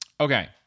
Okay